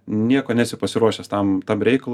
nieko nesi pasiruošęs tam tam reikalui